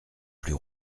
plus